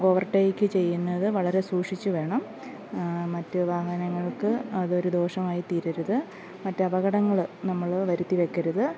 overtake ചെയ്യുന്നത് വളരെ സൂക്ഷിച്ച് വേണം മറ്റു വാഹനങ്ങൾക്ക് അതൊരു ദോഷമായി തീരരുത് മറ്റു അപകടങ്ങൾ നമ്മൾ വരുത്തി വയ്ക്കരുത്